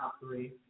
three